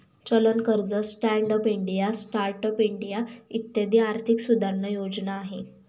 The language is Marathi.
चलन कर्ज, stand up India, start up India इत्यादी आर्थिक सुधारणा योजना आहे